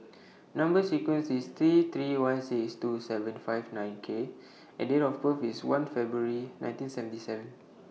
Number sequence IS T three one six two seven five nine K and Date of birth IS one February nineteen seventy seven